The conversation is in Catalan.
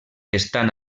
estan